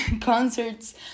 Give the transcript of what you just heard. Concerts